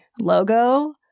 logo